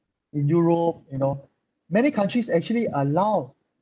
in europe you know many countries actually allow